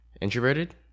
introverted